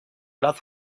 lado